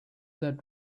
that